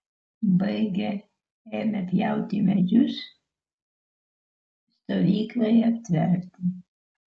baigę ėmė pjauti medžius stovyklai aptverti